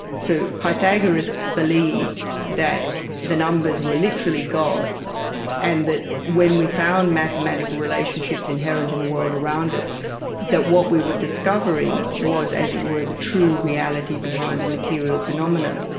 so pythagoras believed that the numbers were literally gods and that when we found mathematical relationships inherent in the world around us that what we were discovering was, as it were, the true reality behind the material phenomena.